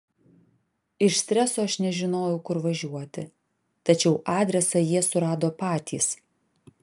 iš streso aš nežinojau kur važiuoti tačiau adresą jie surado patys